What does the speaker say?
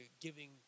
giving